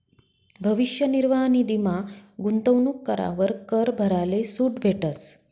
भविष्य निर्वाह निधीमा गूंतवणूक करावर कर भराले सूट भेटस